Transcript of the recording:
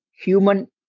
human